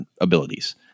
abilities